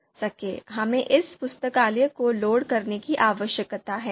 हमें इस पुस्तकालय को लोड करने की आवश्यकता है